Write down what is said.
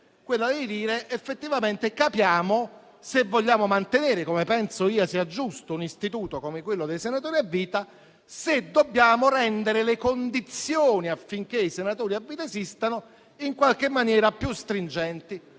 questione, ossia dire: capiamo se vogliamo mantenere - come io penso sia giusto - un istituto come quello del senatore a vita e se dobbiamo rendere le condizioni affinché i senatori a vita esistano in qualche maniera più stringenti.